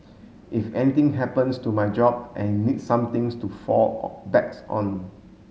if anything happens to my job I need somethings to fall backs on